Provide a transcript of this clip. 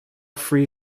free